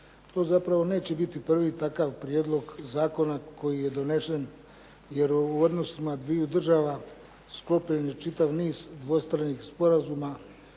zapravo neće biti prvi takav prijedlog zakona koji je donesen, jer u odnosima dviju država sklopljen je čitav niz dvostranih sporazuma